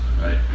right